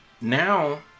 Now